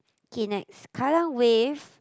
okay next Kallang-Wave